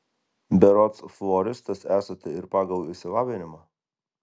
berods floristas esate ir pagal išsilavinimą